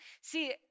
See